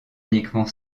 uniquement